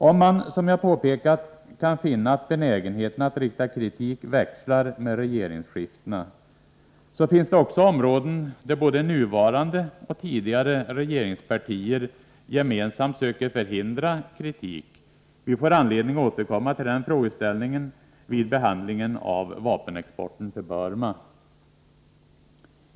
Om man, som jag påpekat, kan finna att benägenheten att rikta kritik växlar med regeringsskiftena, så finns det också områden där både nuvarande och tidigare regeringspartier gemensamt söker förhindra kritik. Vi får anledning att återkomma till den frågeställningen vid behandlingen av vapenexporten till Burma.